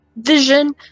vision